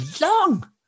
long